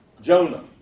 Jonah